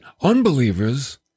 unbelievers